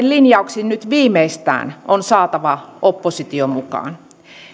linjauksiin nyt viimeistään on saatava oppositio mukaan